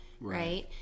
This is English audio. right